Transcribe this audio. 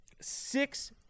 Six